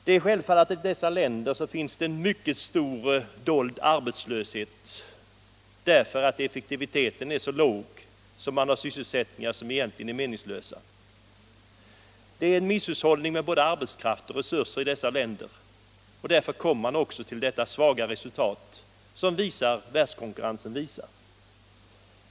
Det är självfallet att det i dessa länder finns en mycket stor dold arbetslöshet därför att effektiviteten är så låg att man har sysselsättningar som egentligen är meningslösa. Det är en misshushållning med både arbetskraft och resurser i dessa länder, och därför kommer man också till detta svaga resultat som världskonkurrensen visar.